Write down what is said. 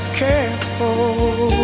careful